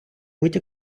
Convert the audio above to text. будь